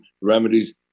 remedies